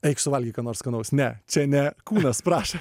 eik suvalgyk ką nors skanaus ne čia ne kūnas prašo